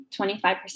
25%